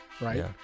right